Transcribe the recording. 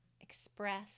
express